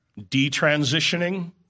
detransitioning